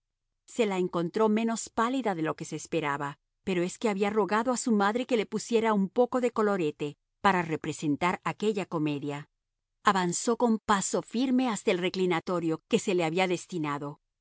se la encontró menos pálida de lo que se esperaba pero es que había rogado a su madre que le pusiera un poco de colorete para representar aquella comedia avanzó con paso firme hasta el reclinatorio que se le había destinado